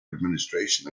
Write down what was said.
administration